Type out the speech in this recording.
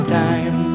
time